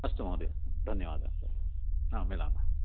अस्तु महोदय धन्यवादः मिलामः